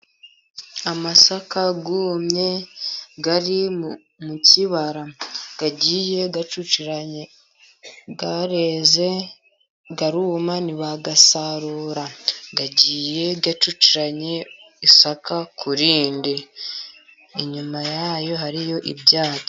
Amasaka yumye ari mu kibara agiye acukiranye, yareze aruma ntibayasarura. Agiye acukiranye isaka ku rindi. Inyuma yayo hariyo ibyatsi.